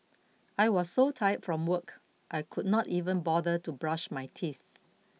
I was so tired from work I could not even bother to brush my teeth